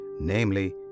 namely